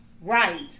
Right